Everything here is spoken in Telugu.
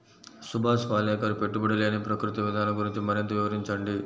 సుభాష్ పాలేకర్ పెట్టుబడి లేని ప్రకృతి విధానం గురించి మరింత వివరించండి